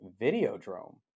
videodrome